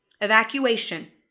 Evacuation